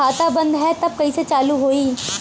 खाता बंद ह तब कईसे चालू होई?